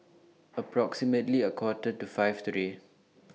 approximately A Quarter to five today